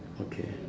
okay